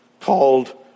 called